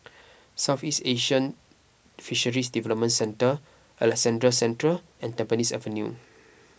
Southeast Asian Fisheries Development Centre Alexandra Central and Tampines Avenue